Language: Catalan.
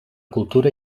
cultura